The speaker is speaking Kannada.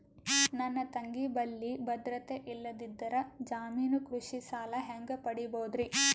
ನನ್ನ ತಂಗಿ ಬಲ್ಲಿ ಭದ್ರತೆ ಇಲ್ಲದಿದ್ದರ, ಜಾಮೀನು ಕೃಷಿ ಸಾಲ ಹೆಂಗ ಪಡಿಬೋದರಿ?